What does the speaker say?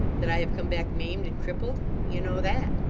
that i have come back, maimed and crippled? you know that